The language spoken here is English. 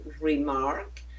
remark